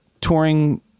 touring